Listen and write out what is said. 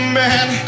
man